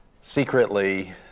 Secretly